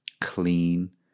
clean